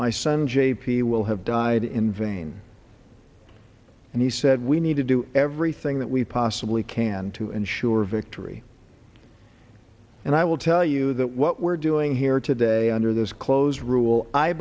my son j p will have died in vain and he said we need to do everything that we possibly can to ensure victory and i will tell you that what we're doing here today under this close rule i